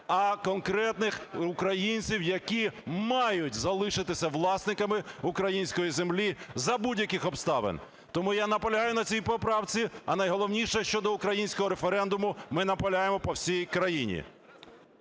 а конкретних українців, які мають залишитися власниками української землі за будь-яких обставин. Тому я наполягаю на цій поправці. А найголовніше - щодо всеукраїнського референдуму: ми наполягаємо по всій країні.